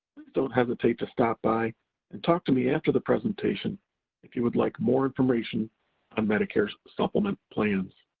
please don't hesitate to stop by and talk to me after the presentation if you would like more information on medicare's supplement plans.